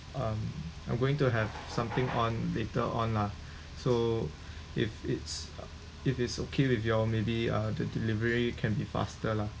um I'm going to have something on later on lah so if it's if it's okay with you all maybe uh the delivery can be faster lah